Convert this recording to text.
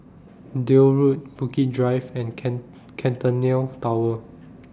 Deal Road Bukit Drive and Centennial Tower